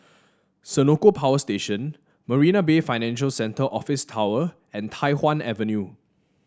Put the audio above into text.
Senoko Power Station Marina Bay Financial Centre Office Tower and Tai Hwan Avenue